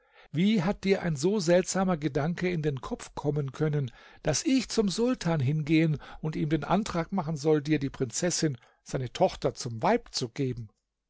wie hat dir ein so seltsamer gedanke in den kopf kommen können daß ich zum sultan hingehen und ihm den antrag machen soll dir die prinzessin seine tochter zum weib zu geben